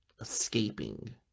escaping